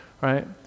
right